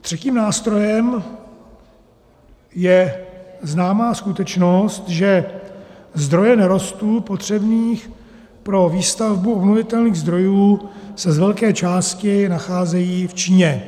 Třetím nástrojem je známá skutečnost, že zdroje nerostů potřebných pro výstavbu obnovitelných zdrojů se z velké části nacházejí v Číně.